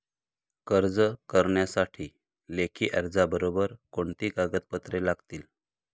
कर्ज करण्यासाठी लेखी अर्जाबरोबर कोणती कागदपत्रे लागतील?